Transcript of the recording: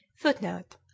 footnote